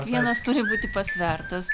kiekvienas turi būti pasvertas